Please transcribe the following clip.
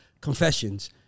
Confessions